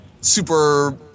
Super